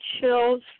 chills